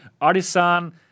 Artisan